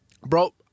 bro